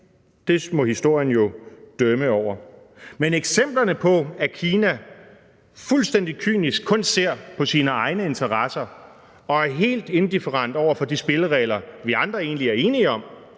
Det må historien jo dømme om. Kl. 16:55 Men eksemplerne på, at Kina fuldstændig kynisk kun ser på sine egne interesser og er helt indifferent over for de spilleregler, vi andre egentlig er enige om,